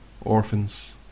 Orphans